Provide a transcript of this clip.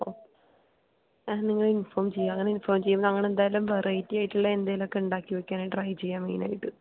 നിങ്ങൾ ഇൻഫോം ചെയ്യൂ അങ്ങനെ ഇൻഫോം ചെയ്യുമ്പോൾ ഞങ്ങൾ എന്തായാലും വെറൈറ്റി ആയിട്ടുള്ളത് എന്തെങ്കിലുമൊക്കെ ഉണ്ടാക്കി വയ്ക്കാനായിട്ട് ട്രൈ ചെയ്യാം മെയിൻ ആയിട്ട്